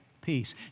peace